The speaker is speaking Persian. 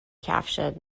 کفشت